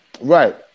Right